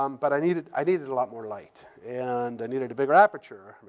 um but i needed i needed a lot more light, and i needed a bigger aperture.